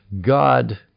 God